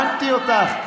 הבנתי אותך.